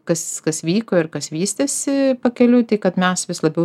kas kas vyko ir kas vystėsi pakeliui tai kad mes vis labiau